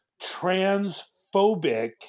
transphobic